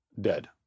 dead